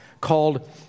called